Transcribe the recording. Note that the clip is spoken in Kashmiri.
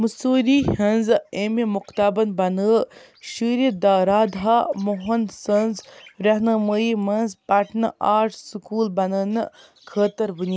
مصوٗری ہٕنٛزِ اَمہِ مُکتابَن بَنٲو شُرِ دھارادھا موہَن سٕنٛز رہنُمٲیی منٛز پَٹنہٕ آٹ سُکوٗل بناونہٕ خٲطٕر بُنیا